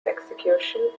execution